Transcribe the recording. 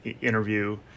interview